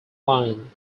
line